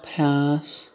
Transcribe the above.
France